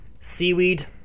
Seaweed